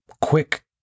quick